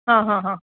હં હં હં